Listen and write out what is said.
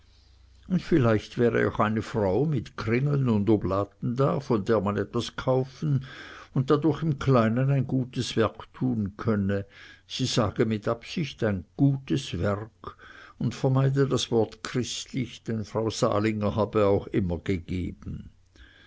und vielleicht wär auch eine frau mit kringeln und oblaten da von der man etwas kaufen und dadurch im kleinen ein gutes werk tun könne sie sage mit absicht ein gutes werk und vermeide das wort christlich denn frau salinger habe auch immer gegeben